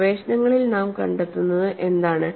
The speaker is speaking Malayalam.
ഗവേഷണങ്ങളിൽ നാം കണ്ടെത്തുന്നത് എന്താണ്